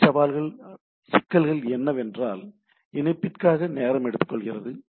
பிற சவால்கள் சிக்கல்கள் என்னவென்றால் இணைப்பிற்காக நேரம் எடுத்துக்கொள்கிறது